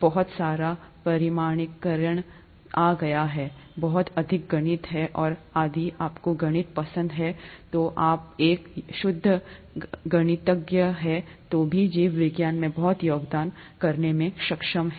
बहुत सारा परिमाणीकरण आ गया है बहुत अधिक गणित है और यदि आपको गणित पसंद है तो और आप एक शुद्ध गणितज्ञ हैं तो भी जीव विज्ञान में बहुत योगदान करने में सक्षम हैं